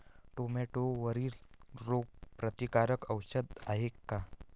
टमाट्यावरील रोग प्रतीकारक औषध हाये का?